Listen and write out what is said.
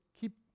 keep